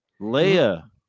Leia